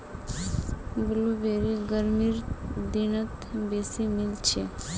blueberry गर्मीर दिनत बेसी मिलछेक